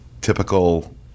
typical